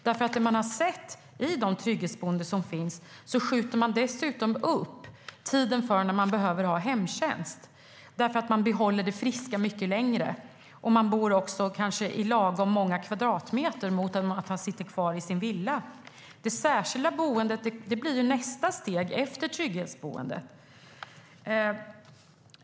Det vi har sett i de trygghetsboenden som finns är att man dessutom skjuter upp tiden för när man behöver ha hemtjänst. Man behåller det friska mycket längre. Man bor kanske också på lagom många kvadratmeter i stället för att sitta kvar i sin villa. Det särskilda boendet blir nästa steg, efter trygghetsboendet.